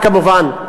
כמובן.